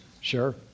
sure